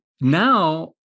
now